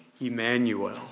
Emmanuel